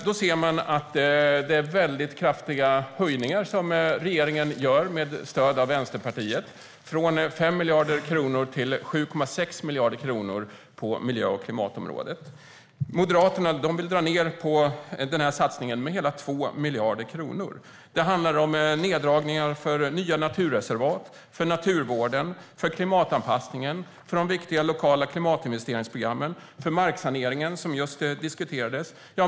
Vi ser att regeringen med stöd av Vänsterpartiet gör kraftiga höjningar på miljö och klimatområdet, från 5 miljarder kronor till 7,6 miljarder kronor. Moderaterna vill dra ned på satsningen med hela 2 miljarder kronor. Det handlar om neddragningar på nya naturreservat, naturvården, klimatanpassningen, de viktiga lokala klimatinvesteringsprogrammen och marksaneringen, som just diskuterades.